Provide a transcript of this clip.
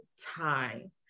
time